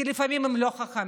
כי לפעמים הם לא חכמים,